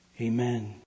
Amen